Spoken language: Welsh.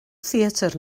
theatr